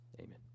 Amen